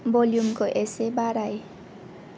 volume खौ इसे बाराय